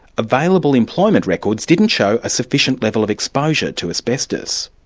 available employment records didn't show a sufficient level of exposure to asbestos.